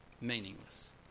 meaningless